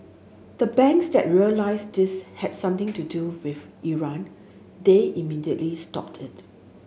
the banks that realised this had something to do with Iran they immediately stopped it